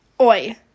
Oi